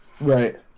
Right